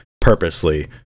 purposely